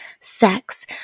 sex